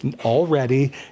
already